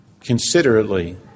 considerately